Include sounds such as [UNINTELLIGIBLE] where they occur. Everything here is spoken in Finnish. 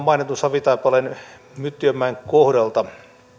[UNINTELLIGIBLE] mainitun savitaipaleen myttiömäen kohdalta